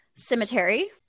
Cemetery